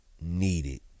needed